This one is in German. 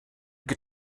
die